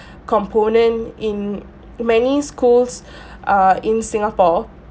component in many schools uh in singapore